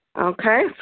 Okay